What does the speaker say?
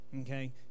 okay